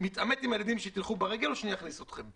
מתעמת עם הילדים שלי שילכו ברגל או שאני אכניס אותם.